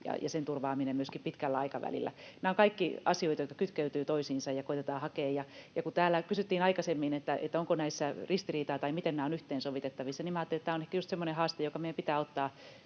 ja sen turvaaminen myöskin pitkällä aikavälillä. Nämä ovat kaikki asioita, jotka kytkeytyvät toisiinsa, ja koetetaan hakea... Ja kun täällä kysyttiin aikaisemmin, onko näissä ristiriitaa tai miten ne ovat yhteensovitettavissa, niin minä ajattelen, että on ehkä just semmoinen haaste, joka meidän pitää ottaa